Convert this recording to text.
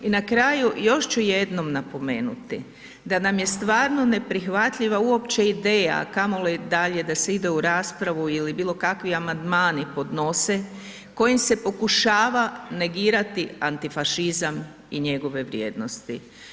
I na kraju još ću jednom napomenuti da nam je stvarno neprihvatljiva uopće ideja, a kamoli dalje da se ide u raspravu ili bilo kakvi amandmani podnose, kojim se pokušava negirati antifašizam i njegove vrijednosti.